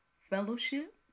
Fellowship